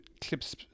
clips